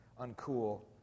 uncool